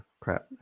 crap